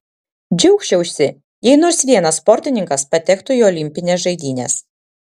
džiaugčiausi jei nors vienas sportininkas patektų į olimpines žaidynes